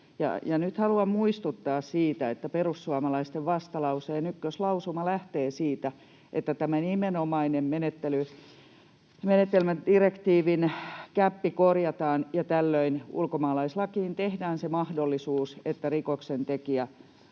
Nyt haluan muistuttaa siitä, että perussuomalaisten vastalauseen ykköslausuma lähtee siitä, että tämä nimenomainen menettelydirektiivin gäppi korjataan, ja tällöin ulkomaalaislakiin tehdään se mahdollisuus, että rikoksentekijän